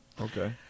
Okay